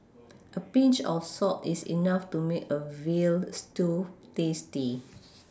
a Pinch of salt is enough to make a veal stew tasty